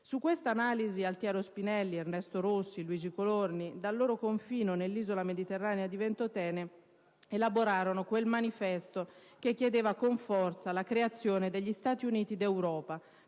Su questa analisi Altiero Spinelli, Ernesto Rossi ed Eugenio Colorni, dal loro confino dell'isola mediterranea di Ventotene, elaborarono quel Manifesto che chiedeva con forza la creazione degli Stati Uniti d'Europa